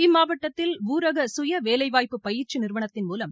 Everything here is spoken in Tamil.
இம்மாவட்டத்தில் ஊரக சுய வேலைவாய்ப்பு பயிற்சி நிறுவனத்தின் மூலம்